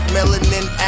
Melanin